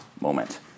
moment